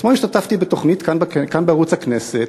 אתמול השתתפתי בתוכנית כאן, בערוץ הכנסת,